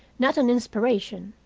not an inspiration.